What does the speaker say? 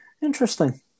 Interesting